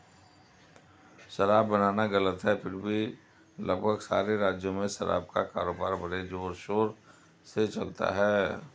शराब बनाना गलत है फिर भी लगभग सारे राज्यों में शराब का कारोबार बड़े जोरशोर से चलता है